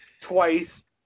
twice